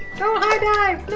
don't high dive,